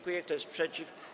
Kto jest przeciw?